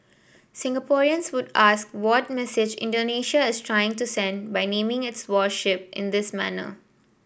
Singaporeans would ask what message Indonesia is trying to send by naming its warship in this manner